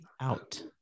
Out